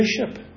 bishop